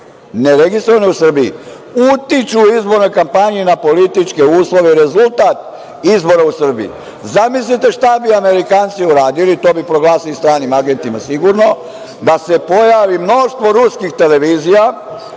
neregistrovane u Srbiji, utiču u izbornoj kampanji na političke uslove i rezultat izbora u Srbiji? Zamislite šta bi Amerikanci uradili, to bi proglasili stranim agentima, sigurno, da se pojavi mnoštvo ruskih televizija,